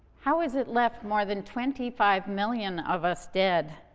how has it left more than twenty five million of us dead,